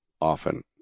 often